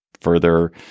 further